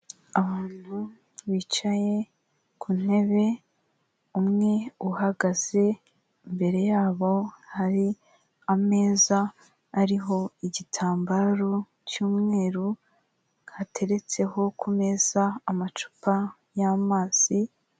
Abantu bicaye ku ntebe umwe uhagaze imbere yabo hari ameza ariho igitambaro cy'umweru hateretseho ku meza amacupa y'amazi.